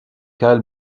karel